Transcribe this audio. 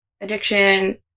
addiction